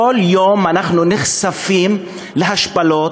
כל יום אנחנו נחשפים להשפלות,